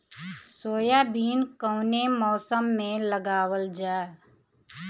Soybean कौने मौसम में लगावल जा?